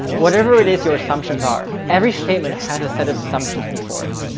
whatever it is, your assumptions are. every statement has a set of assumptions before it.